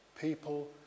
People